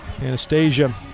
Anastasia